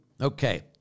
Okay